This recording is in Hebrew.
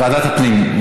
ועדת הפנים.